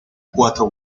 cuatro